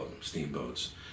steamboats